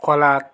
खोलात